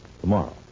Tomorrow